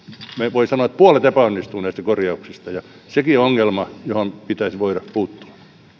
voi sanoa että puolet näistä korjauksista epäonnistuu ja sekin on ongelma johon pitäisi voida puuttua